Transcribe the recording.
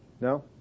No